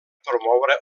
promoure